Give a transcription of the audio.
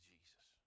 Jesus